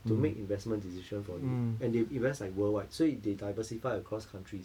to make investment decision for you and they invest like worldwide 所以 they diversify across countries